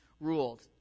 ruled